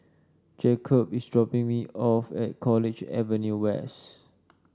Jakob is dropping me off at College Avenue West